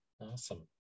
awesome